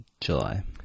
July